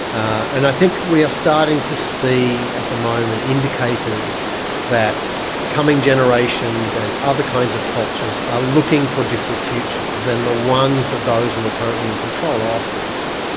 and i think we are starting to see at the moment indicators that coming generations and other kinds of cultures are looking for different futures than the ones that those who are currently in control are offering us.